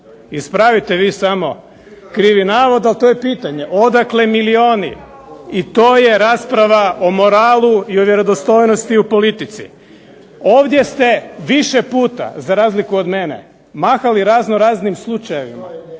Ispravite vi samo krivi navod, ali to je pitanje, odakle milijoni? I to je rasprava o moralu i o vjerodostojnosti u politici. Ovdje ste više puta za razliku od mene mahali raznoraznim slučajevima,